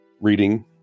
reading